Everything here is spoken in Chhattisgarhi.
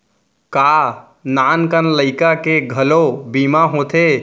का नान कन लइका के घलो बीमा होथे?